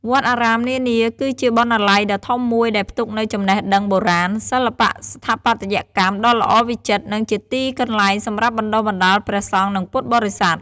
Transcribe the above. វត្តអារាមនានា គឺជាបណ្ណាល័យដ៏ធំមួយដែលផ្ទុកនូវចំណេះដឹងបុរាណ សិល្បៈស្ថាបត្យកម្មដ៏ល្អវិចិត្រ និងជាទីកន្លែងសម្រាប់បណ្ដុះបណ្ដាលព្រះសង្ឃ និងពុទ្ធបរិស័ទ។